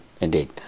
indeed